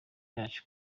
yacu